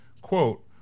quote